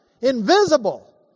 invisible